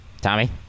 Tommy